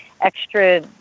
extra